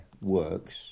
works